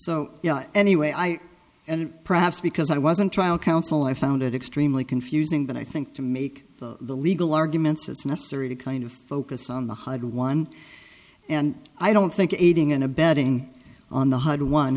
so anyway i and perhaps because i wasn't trial counsel i found it extremely confusing but i think to make the legal arguments it's necessary to kind of focus on the hard one and i don't think aiding and abetting on the one